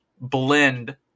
blend